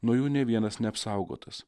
nuo jų nė vienas neapsaugotas